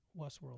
Westworld